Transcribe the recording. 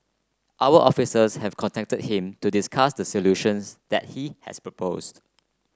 our officers have contacted him to discuss the solutions that he has proposed